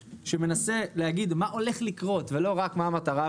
מנסה להגיד מה הולך לקרות ולא רק מה המטרה.